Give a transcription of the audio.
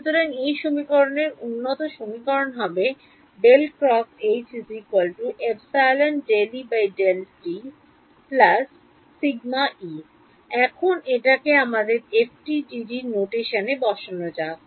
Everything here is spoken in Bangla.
সুতরাং এই সমীকরণের উন্নত সমীকরণ হবে এখন এটাকে আমাদের FDTD notation এ বসানো যাক